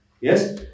Yes